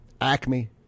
Acme